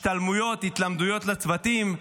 מדובר על השתלמויות והתלמדויות לצוותים,